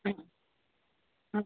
ആ